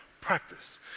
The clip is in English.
practice